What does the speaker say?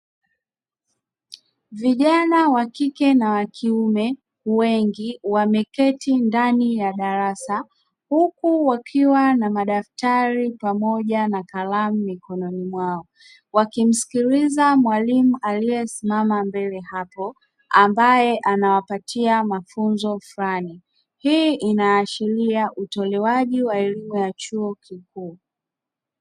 Vijana wakike na wakiume wengi wameketi ndani ya darasa huku wakiwa na madaftari pamoja na kalamu mikononi mwao, wakimsikiliza mwalimu aliyesimama mbele hapo ambae anawapatia mafunzo flani. Hii inaashiria utolewaji wa elimu ya chuo kikuu.